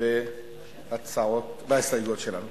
בהסתייגויות שלנו.